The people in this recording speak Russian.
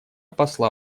посла